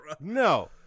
No